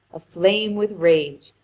aflame with rage,